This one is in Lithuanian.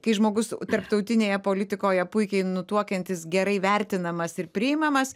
kai žmogus tarptautinėje politikoje puikiai nutuokiantis gerai vertinamas ir priimamas